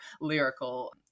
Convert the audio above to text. lyrical